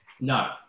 No